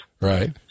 Right